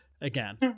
again